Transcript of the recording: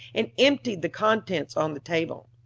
and emptied the contents on the table.